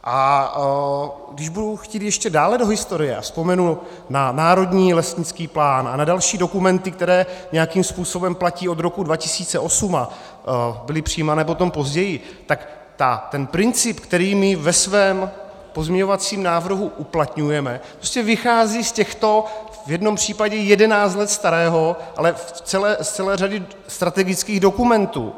A když budu chtít ještě dále do historie a vzpomenu na národní lesnický plán a na další dokumenty, které nějakým způsobem platí od roku 2008 a byly přijímané potom později, tak ten princip, který my ve svém pozměňovacím návrhu uplatňujeme, prostě vychází z těchto v jednom případě jedenáct let starého, ale z celé řady strategických dokumentů.